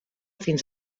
fins